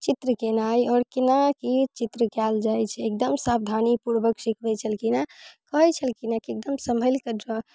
चित्र केनाइ आओर केना की चित्र कयल जाइ छै एकदम सावधानी पूर्वक सीखबै छलखिन हँ कहै छलखिन हँ की एकदम सम्हैलके ड्रॉ